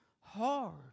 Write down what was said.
hard